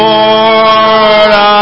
Lord